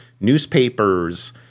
Newspapers